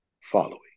following